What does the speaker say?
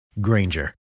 Granger